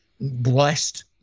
blessed